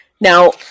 Now